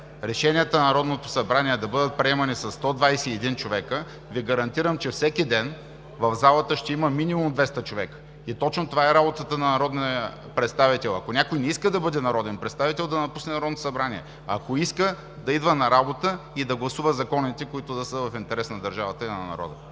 решенията на Народното събрание да бъдат приемани с кворум от сто двадесет и един човека. Тогава Ви гарантирам, че всеки ден в залата ще има минимум двеста човека. Точно това е работата на народния представител. Ако някой не иска да бъде народен представител, да напусне Народното събрание. Ако иска, да идва на работа и да гласува законите, които да са в интерес на държавата и на народа.